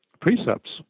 precepts